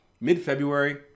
mid-February